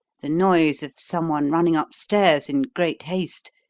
the noise of someone running upstairs in great haste,